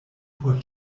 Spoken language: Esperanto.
por